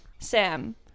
Sam